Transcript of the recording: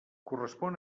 correspon